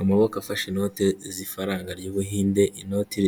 Amaboko afashe inote z'ifaranga ry'ubuhinde inoti